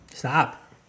Stop